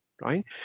right